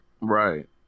right